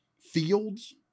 Fields